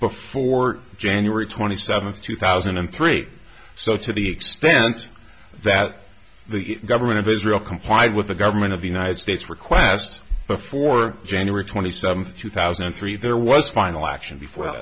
before january twenty seventh two thousand and three so to the extent that the government of israel complied with the government of the united states request before january twenty seventh two thousand and three there was final action